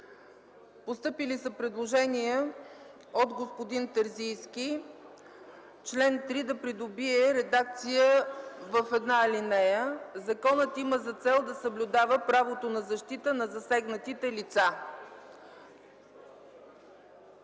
Постъпило е предложение от господин Терзийски – чл. 3 да придобие редакция в една алинея: „Законът има за цел да съблюдава правото на защита на засегнатите лица”.